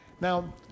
Now